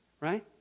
right